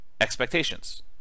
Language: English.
expectations